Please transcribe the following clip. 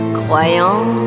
croyant